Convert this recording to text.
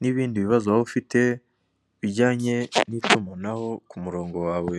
n'ibindi bibazo waba ufite bijyanye n'itumanaho k'umurongo wawe.